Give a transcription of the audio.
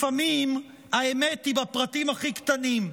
לפעמים האמת היא בפרטים הכי קטנים.